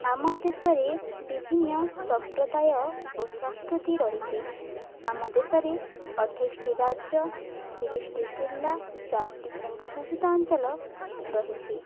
ଆମ ଦେଶରେ ବିଭିନ୍ନ ସମ୍ପ୍ରଦାୟ ଓ ସଂସ୍କୃତି ରହିଛି ଆମ ଦେଶରେ ଅଠେଇଶିଟି ରାଜ୍ୟ ତିରିଶଟି ଜିଲ୍ଲା ସାତଟି କେନ୍ଦ୍ରଶାସିତ ଅଞ୍ଚଲ ରହିଛି